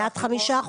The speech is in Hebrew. יעד של 5%,